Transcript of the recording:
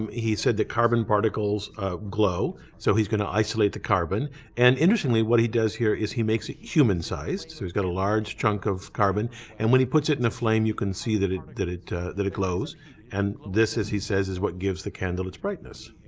um he said that carbon particles glow. so, he's going to isolate the carbon and interestingly what he does here is he makes it human size, he's got a large chunk of carbon and when he puts it in a flame you can see that it that it glows and this, as he says, is what gives the candle it's brightness.